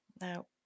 now